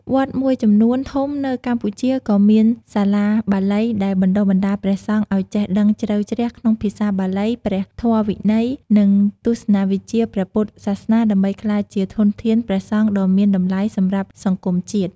វត្តមួយចំនួនធំនៅកម្ពុជាក៏មាន សាលាបាលី ដែលបណ្ដុះបណ្ដាលព្រះសង្ឃឲ្យចេះដឹងជ្រៅជ្រះក្នុងភាសាបាលី ព្រះធម៌វិន័យ និងទស្សនវិជ្ជាព្រះពុទ្ធសាសនា ដើម្បីក្លាយជាធនធានព្រះសង្ឃដ៏មានតម្លៃសម្រាប់សង្គមជាតិ។